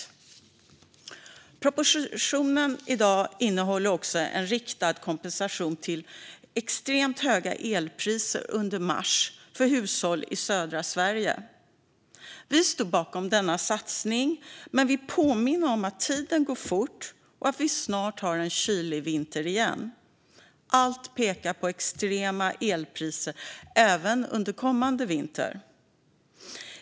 Dagens proposition innehåller också en riktad kompensation för extremt höga elpriser under mars för hushåll i södra Sverige. Vi står bakom denna satsning men vill påminna om att tiden går fort och att vi snart har en kylig vinter igen. Allt pekar på extrema elpriser även under kommande vinter.